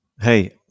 hey